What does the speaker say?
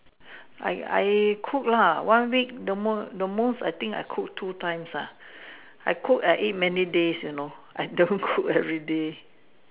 I I cook lah one week the most I think I cook two times ah I cook ate many days you know I don't cook everyday